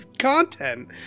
content